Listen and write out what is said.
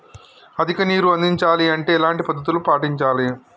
అధిక నీరు అందించాలి అంటే ఎలాంటి పద్ధతులు పాటించాలి?